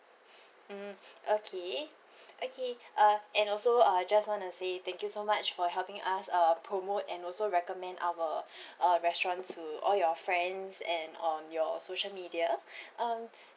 mm okay okay uh and also uh just wanna say thank you so much for helping us uh promote and also recommend our uh restaurant to all your friends and on your social media um